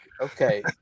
okay